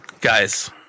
Guys